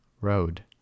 road